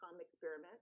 experiment